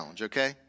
okay